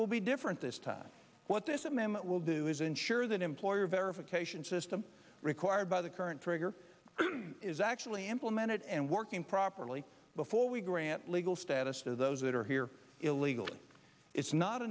will be different this time what this amendment will do is ensure that employer verification system required by the current trigger is actually implemented and working properly before we grant legal status to those that are here illegally it's not